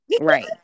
right